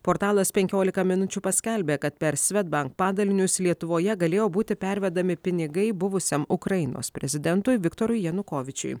portalas penkiolika minučių paskelbė kad per svedbank padalinius lietuvoje galėjo būti pervedami pinigai buvusiam ukrainos prezidentui viktorui janukovyčiui